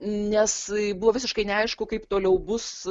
nes buvo visiškai neaišku kaip toliau bus